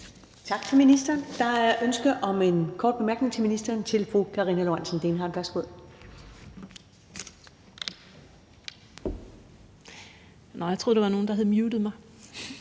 Tak til ministeren. Der er et ønske om en kort bemærkning til ministeren. Det er fru Karina Lorenzen Dehnhardt. Værsgo.